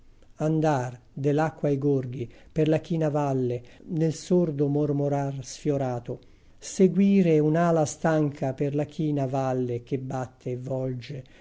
andar de l'acque ai gorghi per la china valle nel sordo mormorar sfiorato seguire un'ala stanca per la china valle che batte e volge